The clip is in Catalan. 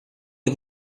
del